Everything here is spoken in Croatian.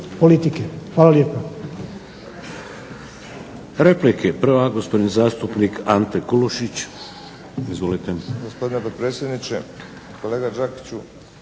Hvala lijepa.